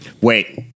Wait